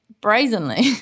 brazenly